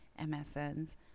MSNs